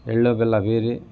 ಎಳ್ಳು ಬೆಲ್ಲ ಬೀರಿ